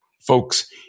folks